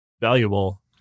valuable